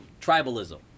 Tribalism